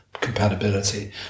compatibility